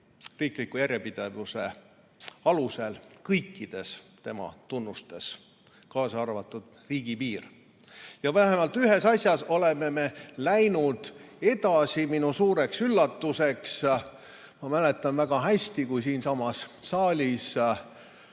riikliku järjepidevuse alusel kõikide tema tunnustega, kaasa arvatud riigipiir. Vähemalt ühes asjas oleme me läinud minu suureks üllatuseks edasi. Ma mäletan väga hästi, kui siinsamas saalis